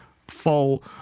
fall